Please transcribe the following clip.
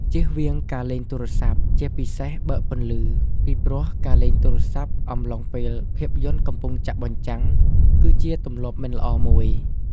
ជៀសវាងការលេងទូរស័ព្ទ ជាពិសេសបើកពន្លឺពីព្រោះ ការលេងទូរស័ព្ទអំឡុងពេលភាពយន្តកំពុងចាក់បញ្ចាំង គឺជាទម្លាប់មិនល្អមួយ។